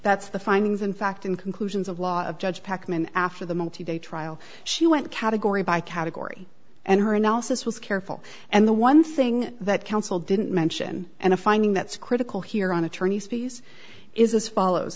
that's the findings in fact in conclusions of law of judge packman after the multi day trial she went category by category and her analysis was careful and the one thing that counsel didn't mention and a finding that's critical here on attorney's fees is this follows